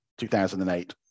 2008